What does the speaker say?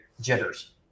jitters